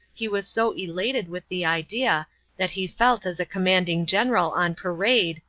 he was so elated with the idea that he felt as a commanding general on parade,